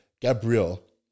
Gabriel